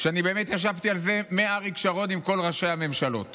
אני באמת ישבתי על זה עם כל ראשי הממשלות